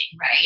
right